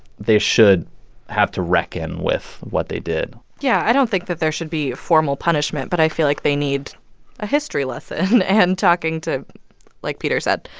they should have to reckon with what they did yeah, i don't think that there should be a formal punishment. but i feel like they need a history lesson and talking to like peter said,